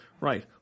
right